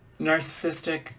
narcissistic